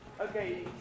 Okay